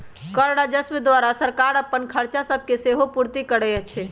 कर राजस्व द्वारा सरकार अप्पन खरचा सभके सेहो पूरति करै छै